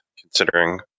considering